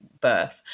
birth